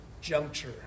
juncture